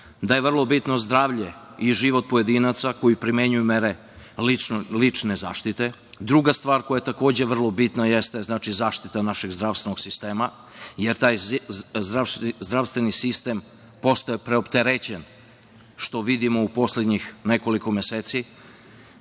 da je vrlo bitno zdravlje i život pojedinaca koji primenjuju mere lične zaštite. Druga stvar, koja je takođe vrlo bitna, jeste zaštita našeg zdravstvenog sistema, jer zdravstveni sistem postaje preopterećen što vidimo u poslednjih nekoliko meseci